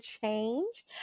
change